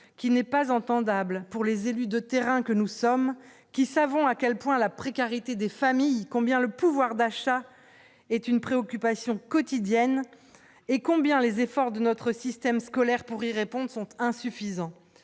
qui n'est pas entendable pour les élus de terrain que nous sommes qui savons à quel point la précarité des familles combien le pouvoir d'achat est une préoccupation quotidienne et combien les efforts de notre système scolaire pour y répondent sont insuffisants,